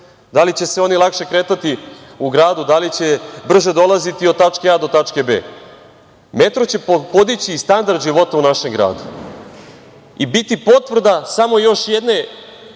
da li će se oni lakše kretati u gradu, da li će brže dolaziti od tačke A do tačke B. Metro će podići i standard života u našem gradu i biti potvrda samo još jedne